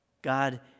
God